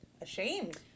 ashamed